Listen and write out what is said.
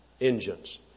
engines